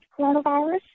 coronavirus